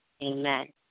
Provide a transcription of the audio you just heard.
Amen